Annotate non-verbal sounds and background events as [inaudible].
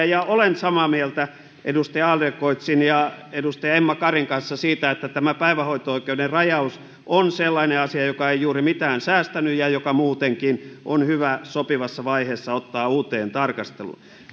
[unintelligible] ja olen samaa mieltä edustaja adlercreutzin ja edustaja emma karin kanssa siitä että tämä päivähoito oikeuden rajaus on sellainen asia joka ei juuri mitään säästänyt ja joka muutenkin on hyvä sopivassa vaiheessa ottaa uuteen tarkasteluun